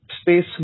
space